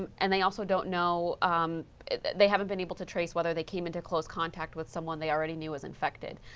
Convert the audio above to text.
and they also don't know they haven't been able to trace whether they came into close contact with someone they already knew was infected.